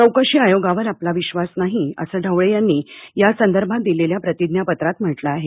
चौकशी आयोगावर आपला विश्वास नाही असं ढवळे यांनी यासंदर्भात दिलेल्या प्रतिज्ञापत्रात म्हटलं आहे